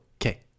okay